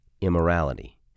immorality